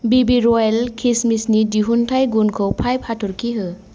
बिबि रयेल किसमिसनि दिहुनथाइ गुनखौ बा हाथरखि हो